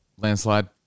Landslide